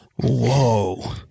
Whoa